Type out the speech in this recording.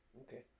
Okay